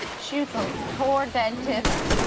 shoots a poor dentist.